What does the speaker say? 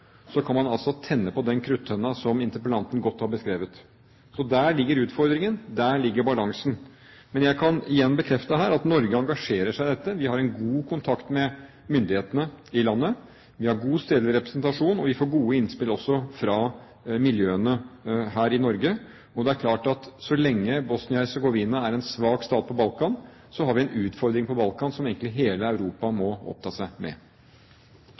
så kan man tenne på den kruttønna som interpellanten har beskrevet godt. Så der ligger utfordringen, der ligger balansen. Men jeg kan igjen bekrefte her at Norge engasjerer seg i dette, vi har en god kontakt med myndighetene i landet, vi har god stedlig representasjon, og vi får også gode innspill fra miljøene her i Norge. Og det er klart at så lenge Bosnia-Hercegovina er en svak stat på Balkan, har vi en utfordring på Balkan som egentlig må oppta hele Europa.